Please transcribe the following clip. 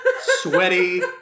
sweaty